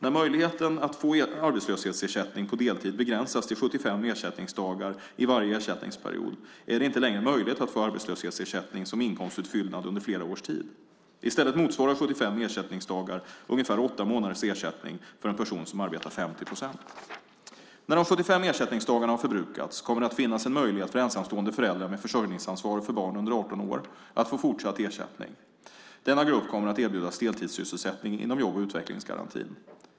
När möjligheten att få arbetslöshetsersättning på deltid begränsas till 75 ersättningsdagar i varje ersättningsperiod är det inte längre möjligt att få arbetslöshetsersättning som inkomstutfyllnad under flera års tid. I stället motsvarar 75 ersättningsdagar ungefär åtta månaders ersättning för en person som arbetar 50 procent. När de 75 ersättningsdagarna har förbrukats kommer det att finnas en möjlighet för ensamstående föräldrar med försörjningsansvar för barn under 18 år att få fortsatt ersättning. Denna grupp kommer att erbjudas deltidssysselsättning inom jobb och utvecklingsgarantin.